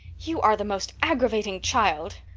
you are the most aggravating child!